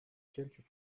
quelque